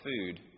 food